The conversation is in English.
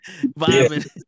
vibing